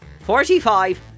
forty-five